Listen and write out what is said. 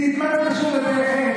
עידית, מה זה קשור לדרך ארץ?